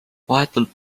vahetult